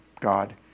God